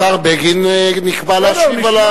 השר בגין נקבע להשיב.